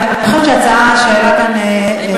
נכון שההצעה שהעלה כאן יושב-ראש הקואליציה היא ההצעה הנכונה.